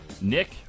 Nick